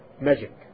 magic